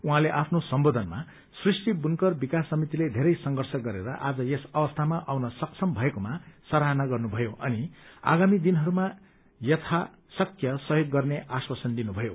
उहाँले आफ्नो सम्बोधनमा सृष्टि बुनकर विकास समितिले धेरै संघर्ष गरेर आज यस अवस्थामा आउन सक्षम भएकोमा सराहना गर्नुभयो अनि आगामी दिनहरूमा यथाशक्य सहयोग गर्ने आश्वासन दिनुभयो